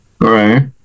Right